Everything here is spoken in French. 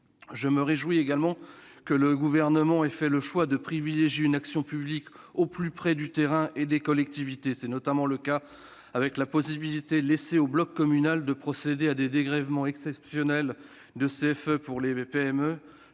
Je me réjouis également que le Gouvernement ait fait le choix de privilégier une action publique au plus près du terrain et des collectivités. C'est notamment le cas avec la possibilité laissée au bloc communal de procéder à des dégrèvements exceptionnels de cotisation